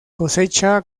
cosecha